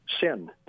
Sin